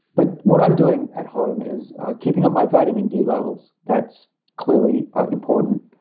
but what i'm doing at home is keeping up my vitamin d levels. that's clearly important.